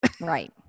Right